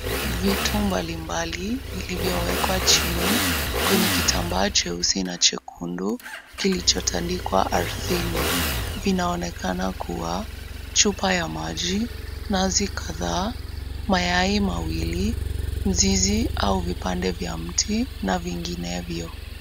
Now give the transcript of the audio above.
Vitu mbalimbali vilivyowekwa chini kwenye kitambaa cheusi na chekundu kilichotandikwa ardhini vinaonekana kuwa, chupa ya maji, nazi kadhaa, mayai mawili, mzizi au vipande vya mti na vinginevyo.